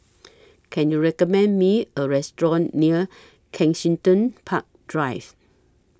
Can YOU recommend Me A Restaurant near Kensington Park Drive